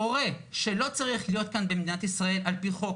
הורה שלא צריך להיות כאן במדינת ישראל על פי חוק,